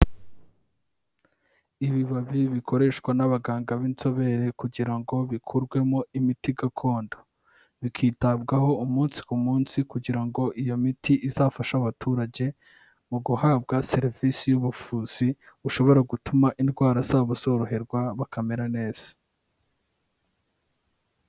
Ibibabi bikoreshwa n'abaganga b'inzobere kugira ngo bikurwemo imiti gakondo, bikitabwaho umunsi ku munsi kugira ngo iyo miti izafashe abaturage mu guhabwa serivisi y'ubuvuzi bushobora gutuma indwara zabo zoroherwa, bakamera neza.